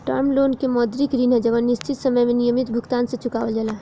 term loan के मौद्रिक ऋण ह जवन निश्चित समय में नियमित भुगतान से चुकावल जाला